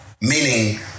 meaning